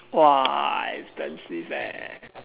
expensive